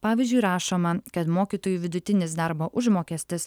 pavyzdžiui rašoma kad mokytojų vidutinis darbo užmokestis